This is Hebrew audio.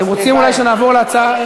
אתם רוצים אולי שנעבור להצעה,